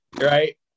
Right